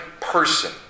person